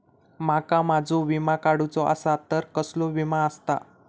माका माझो विमा काडुचो असा तर कसलो विमा आस्ता?